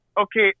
okay